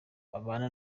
babana